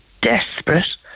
desperate